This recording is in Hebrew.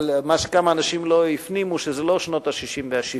אבל כמה אנשים לא הפנימו שזה לא שנות ה-60 וה-70.